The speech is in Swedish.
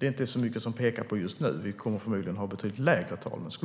inte så mycket pekar på nu, för vi kommer förmodligen att ha betydligt lägre tal -